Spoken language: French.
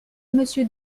monsieur